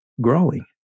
growing